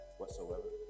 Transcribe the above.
whatsoever